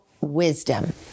wisdom